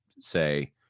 say